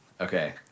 Okay